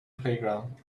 playground